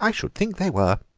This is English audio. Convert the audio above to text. i should think they were!